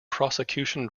prosecution